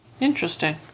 Interesting